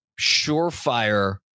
surefire